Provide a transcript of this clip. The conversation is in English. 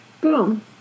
Boom